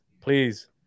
Please